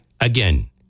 again